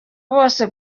bose